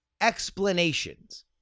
explanations